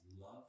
love